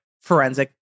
forensic